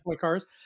cars